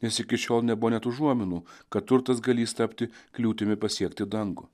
nes iki šiol nebuvo net užuominų kad turtas galįs tapti kliūtimi pasiekti dangų